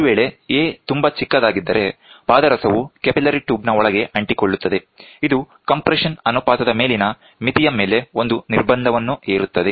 ಒಂದು ವೇಳೆ a ತುಂಬಾ ಚಿಕ್ಕದಾಗಿದ್ದರೆ ಪಾದರಸವು ಕ್ಯಾಪಿಲರಿ ಟ್ಯೂಬ್ನ ಒಳಗೆ ಅಂಟಿಕೊಳ್ಳುತ್ತದೆ ಇದು ಕಂಪ್ರೆಶನ್ ಅನುಪಾತದ ಮೇಲಿನ ಮಿತಿಯ ಮೇಲೆ ಒಂದು ನಿರ್ಬಂಧವನ್ನು ಹೇರುತ್ತದೆ